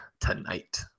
tonight